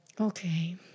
Okay